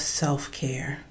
self-care